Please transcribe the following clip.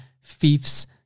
fiefs